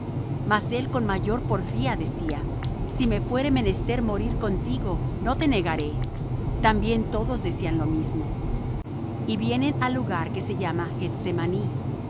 él con mayor porfía decía si me fuere menester morir contigo no te negaré también todos decían lo mismo y vienen al lugar que se llama gethsemaní